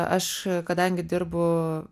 aš kadangi dirbu